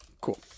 cool